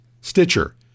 Stitcher